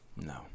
no